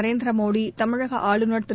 Narendra Modi தமிழகஆளுநர் Thiru